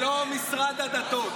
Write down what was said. זה לא משרד הדתות.